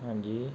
ਹਾਂਜੀ